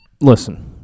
Listen